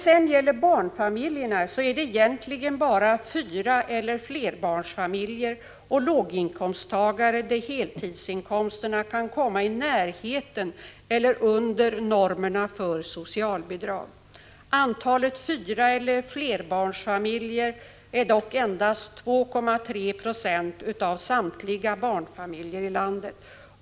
Bland barnfamiljerna är det bara fyraeller flerbarnsfamiljer och låginkomsttagare där heltidsinkomsterna kan komma i närheten eller under normerna för socialbidrag som är socialbidragstagare. Antalet fyraeller flerbarnsfamiljer är dock endast 2,3 20 av samtliga barnfamiljer i landet.